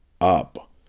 up